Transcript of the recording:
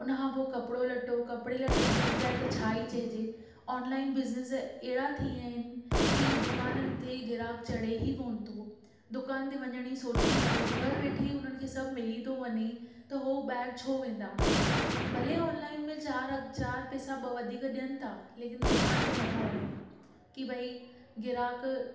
हुन खां पोइ कपिड़ो लटो कपिड़ो लटे जे लाइ त छा इहो चइजे ऑनलाइन बिज़नेस अहिड़ा थी विया आहिनि की दुकाननि ते ग्राहक चड़े ई कोन थो दुकान ते वञण जी सोचे ई नथो घरु वेठे ई हुननि खे सभ मिली थो वञे उहो ॿाहिरि छो वेंदा भले ऑनलाइन में चारि अघ चारि पैसा ॿ वधीकु ॾियनि था लेकिन दुकान ते नथा वञनि की भई ग्राहक